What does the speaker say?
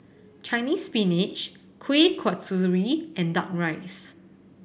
Chinese Spinach Kuih Kasturi and Duck Rice